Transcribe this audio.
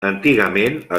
antigament